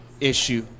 issue